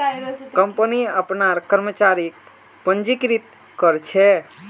company अपनार कर्मचारीक पंजीकृत कर छे